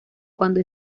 cuando